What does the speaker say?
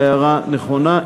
ההערה נכונה,